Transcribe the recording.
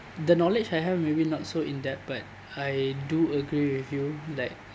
the knowledge I have maybe not so in depth but I do agree with you like